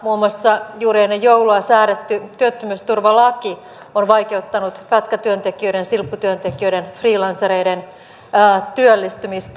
muun muassa juuri ennen joulua säädetty työttömyysturvalaki on vaikeuttanut pätkätyöntekijöiden silpputyöntekijöiden freelancereiden työllistymistä